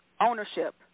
ownership